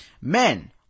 men